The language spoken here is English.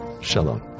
Shalom